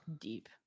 Deep